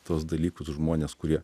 tuos dalykus žmonės kurie